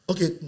Okay